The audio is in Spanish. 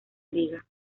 liga